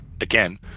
again